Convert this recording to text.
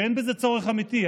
ואין בזה צורך אמיתי,